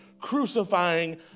crucifying